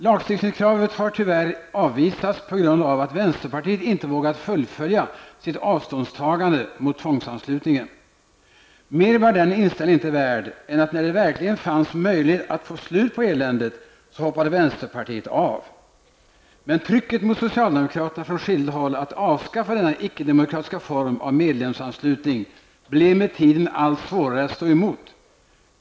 Lagstiftningskravet har tyvärr avvisats på grund av att vänsterpartiet inte har vågat fullfölja sitt avståndstagande mot tvångsanslutningen. Mer var den inställningen inte värd än att när det verkligen fanns möjlighet att få slut på eländet hoppade vänsterpartiet av. Men trycket mot socialdemokraterna från skilda håll att avskaffa denna icke-demokratiska form av medlemsanslutning blev med tiden allt svårare att stå emot.